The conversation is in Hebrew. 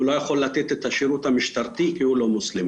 הוא לא יכול לתת את השירות המשטרתי כי הוא לא מוסלמי.